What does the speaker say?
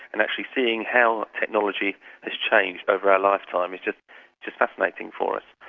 and actually seeing how technology has changed over our lifetime is just just fascinating for us.